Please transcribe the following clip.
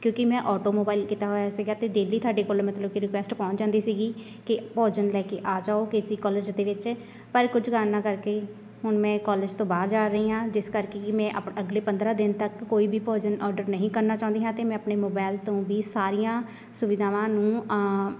ਕਿਉਂਕਿ ਮੈਂ ਆਟੋਮੋਬਾਈਲ ਕੀਤਾ ਹੋਇਆ ਸੀਗਾ ਅਤੇ ਡੇਲੀ ਤੁਹਾਡੇ ਕੋਲ ਮਤਲਬ ਕਿ ਰਿਕੁਐਸਟ ਪਹੁੰਚ ਜਾਂਦੀ ਸੀਗੀ ਕਿ ਭੋਜਨ ਲੈ ਕੇ ਆ ਜਾਉ ਕੇ ਸੀ ਕੋਲਜ ਦੇ ਵਿੱਚ ਪਰ ਕੁਝ ਕਾਰਨਾਂ ਕਰਕੇ ਹੁਣ ਮੈਂ ਕੋਲਜ ਤੋਂ ਬਾਹਰ ਜਾ ਰਹੀ ਹਾਂ ਜਿਸ ਕਰਕੇ ਕਿ ਮੈਂ ਅਗਲੇ ਪੰਦਰਾਂ ਦਿਨ ਤੱਕ ਕੋਈ ਵੀ ਭੋਜਨ ਔਡਰ ਨਹੀਂ ਕਰਨਾ ਚਾਹੁੰਦੀ ਹਾਂ ਅਤੇ ਮੈਂ ਆਪਣੇ ਮੋਬਾਇਲ ਤੋਂ ਵੀ ਸਾਰੀਆਂ ਸੁਵਿਧਾਵਾਂ ਨੂੰ